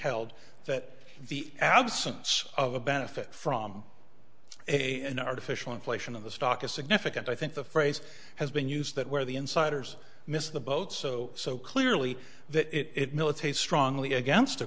held that the absence of a benefit from a an artificial inflation of the stock is significant i think the phrase has been used that where the insiders missed the boat so so clearly that it militates strongly against a